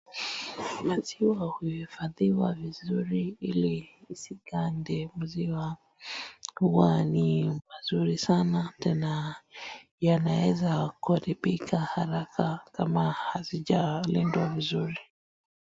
Maziwa huhifadhiwa vizuri ili isigande, Maziwa huwa ni mazuri sana tena yanaweza kuharibika haraka kama hazijalindwa vizuri.